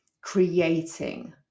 creating